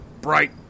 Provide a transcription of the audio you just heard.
bright